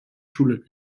schule